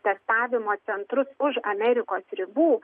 testavimo centrus už amerikos ribų